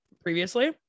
previously